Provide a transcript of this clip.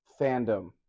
fandom